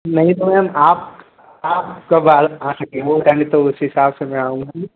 नहीं तो मैम आप आप कब आ आ सकें वो बताऍंगे तो उस हिसाब से मैं आऊँगा न